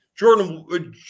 Jordan